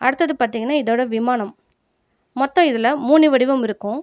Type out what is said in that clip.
அடுத்தது பார்த்தீங்கன்னா இதோட விமானம் மொத்தம் இதில் மூணு வடிவம் இருக்கும்